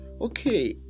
Okay